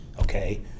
okay